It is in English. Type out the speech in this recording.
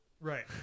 Right